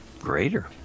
greater